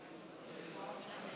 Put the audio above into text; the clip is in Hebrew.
יש לי הסתייגות,